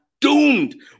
doomed